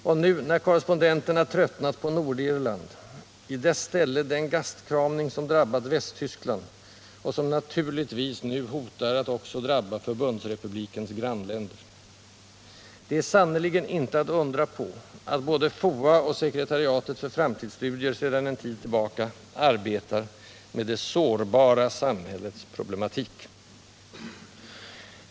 Och nu när korrespondenterna tröttnat på Nordirland: i dess ställe den gastkramning som drabbat Västtyskland och som naturligtvis nu hotar att också drabba förbundsrepublikens grannländer. Det är sannerligen inte att undra på att både FOA och Sekretariatet för framtidsstudier sedan en tid tillbaka arbetar med det sårbara samhällets problematik.